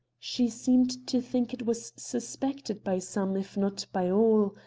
she seemed to think it was suspected by some, if not by all.